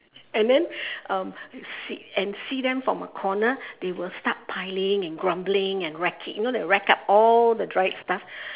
and then um see and see them from a corner they will start piling and grumbling and racking you know they rack up all the dried stuff